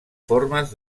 formes